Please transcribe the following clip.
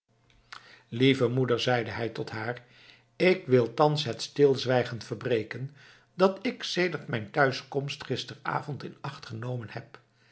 lieve moeder zeide hij tot haar ik wil thans het stilzwijgen verbreken dat ik sedert mijn thuiskomst gisteravond in acht genomen heb